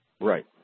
Right